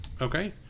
Okay